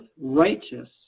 righteous